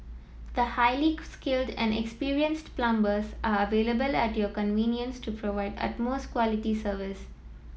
the highly skilled and experienced plumbers are available at your convenience to provide utmost quality service